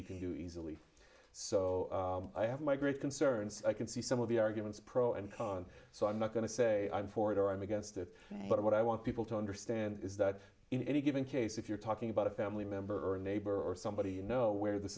you can do easily so i have my great concerns i can see some of the arguments pro and con so i'm not going to say i'm for it or i'm against it but what i want people to understand is that in any given case if you're talking about a family member or a neighbor or somebody you know where this